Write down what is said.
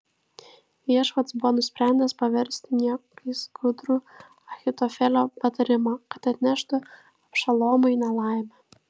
viešpats buvo nusprendęs paversti niekais gudrų ahitofelio patarimą kad atneštų abšalomui nelaimę